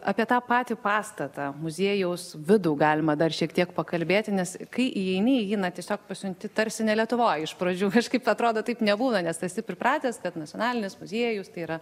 apie tą patį pastatą muziejaus vidų galima dar šiek tiek pakalbėti nes kai įeini į jį na tiesiog pasijunti tarsi ne lietuvoj iš pradžių kažkaip atrodo taip nebūna nes esi pripratęs kad nacionalinis muziejus tai yra